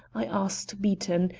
i asked beaton,